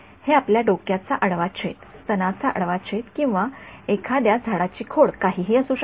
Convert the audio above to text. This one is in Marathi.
हे आपल्या डोक्याच्या आडवा छेद स्तनाचा आडवा छेद किंवा एखाद्या झाडाची खोड काहीही असू शकते